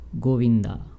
govinda